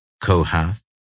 Kohath